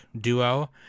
duo